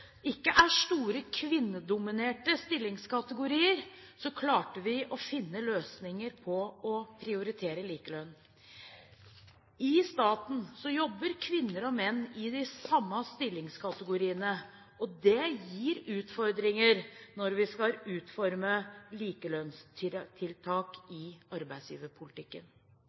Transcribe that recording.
ikke er store kvinnedominerte stillingskategorier, klarte vi å finne løsninger og å prioritere likelønn. I staten jobber kvinner og menn i de samme stillingskategoriene. Det gir utfordringer når vi skal utforme likelønnstiltak i arbeidsgiverpolitikken.